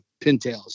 pintails